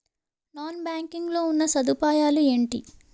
Non banking లో ఉన్నా సదుపాయాలు ఎంటి?